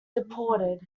deported